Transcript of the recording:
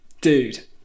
Dude